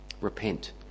Repent